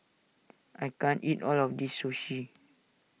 I can't eat all of this Sushi